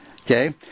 okay